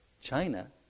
China